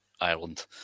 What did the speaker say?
Ireland